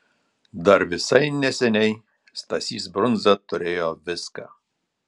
dar visai neseniai stasys brundza turėjo viską